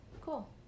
cool